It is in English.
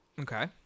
Okay